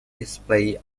display